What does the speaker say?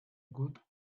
good